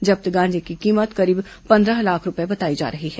जब्त गांजे की कीमत करीब पंद्रह लाख रूपये बताई जा रही है